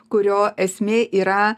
kurio esmė yra